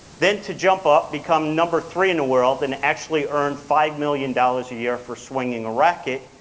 then to jump up, become number three in the world, and actually earn five million dollars a year for swinging a racquet,